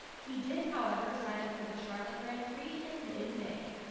he did however sign up for the charlotte grand prix in mid may.